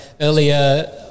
earlier